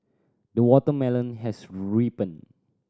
the watermelon has ripened